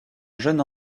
jeune